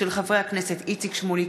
חברי הכנסת איציק שמולי,